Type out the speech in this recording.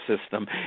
system